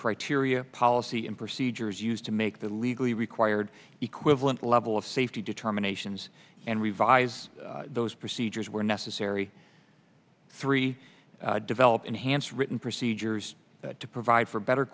criteria policy and procedures used to make the legally required equivalent level of safety determinations and revise those procedures were necessary three develop enhanced written procedures to provide for better